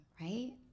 right